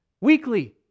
Weekly